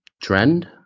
trend